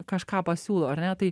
kažką pasiūlo ar ne tai